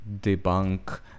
debunk